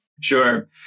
Sure